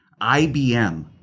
IBM